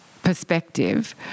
perspective